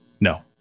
No